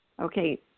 Okay